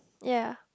ya